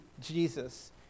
Jesus